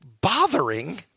bothering